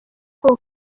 koko